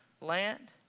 land